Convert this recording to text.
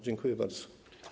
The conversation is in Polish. Dziękuję bardzo.